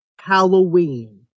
Halloween